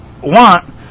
want